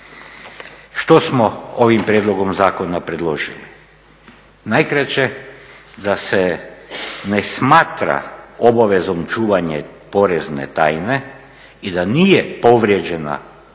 Što smo ovim prijedlogom zakona predložili? Najkraće, da se ne smatra obavezom čuvanje porezne tajne i da nije povrijeđena porezna